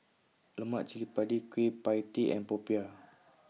Lemak Cili Padi Kueh PIE Tee and Popiah